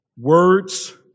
Words